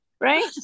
Right